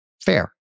Fair